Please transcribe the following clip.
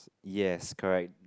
yes correct